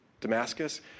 Damascus